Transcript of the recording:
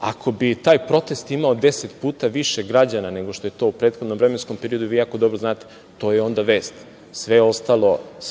Ako bi taj protest imao deset puta više građana nego što je to u prethodnom vremenskom periodu, vi jako dobro znate, to je onda vest. Sve